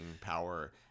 power